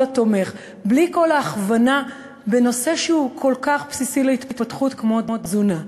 התומך ובלי כל ההכוונה בנושא שהוא כל כך בסיסי להתפתחות כמו תזונה.